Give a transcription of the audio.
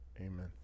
Amen